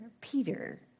Peter